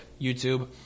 YouTube